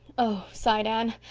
oh, sighed anne.